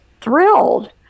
thrilled